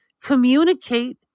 communicate